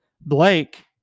Blake